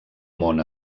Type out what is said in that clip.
món